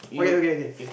okay okay okay